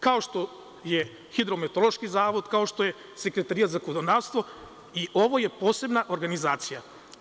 Kao što je Hidrometeorološki zavod, kao što je Sekretarijat za zakonodavstvo, i ovo je posebna organizacija.